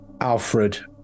Alfred